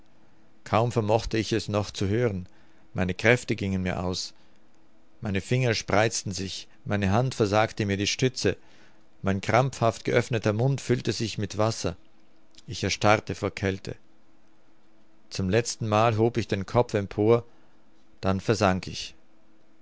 kaum vermochte ich noch es zu hören meine kräfte gingen mir aus meine finger spreizten sich meine hand versagte mir die stütze mein krampfhaft geöffneter mund füllte sich mit wasser ich erstarrte vor kälte zum letzten mal hob ich den kopf empor dann versank ich